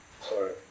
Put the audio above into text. sorry